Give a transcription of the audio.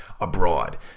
abroad